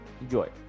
Enjoy